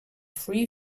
free